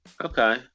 Okay